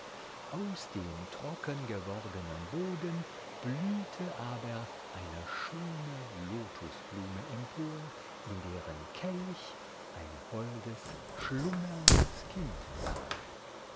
aus dem trocken gewordenen boden blühte aber eine schöne lotusblume empor in deren kelch ein holdes schlummerndes kind lag